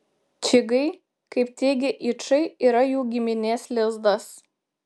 čigai kaip teigia yčai yra jų giminės lizdas